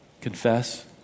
confess